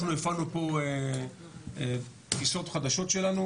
אנחנו הפעלנו פה תפיסות חדשות שלנו,